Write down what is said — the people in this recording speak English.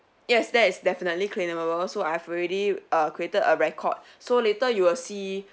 yes that is definitely claimable so I've already uh created a record so later you will see